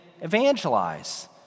evangelize